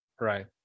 right